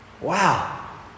Wow